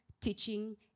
teaching